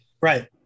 right